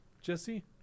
jesse